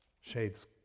Shades